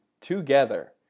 together